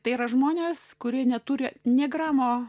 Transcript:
tai yra žmonės kurie neturi nė gramo